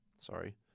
Sorry